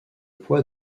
poids